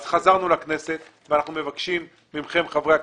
אז חזרנו לכנסת ואנחנו מבקשים ממכם חברי הכנסת,